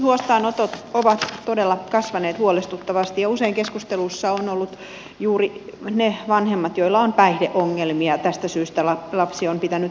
huostaanotot ovat todella kasvaneet huolestuttavasti ja usein keskusteluissa ovat olleet juuri ne vanhemmat joilla on päihdeongelmia ja tästä syystä lapsi on pitänyt huostaan ottaa